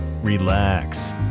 Relax